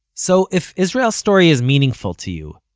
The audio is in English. so if israel story is meaningful to you,